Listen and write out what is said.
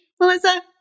Melissa